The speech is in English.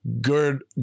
Good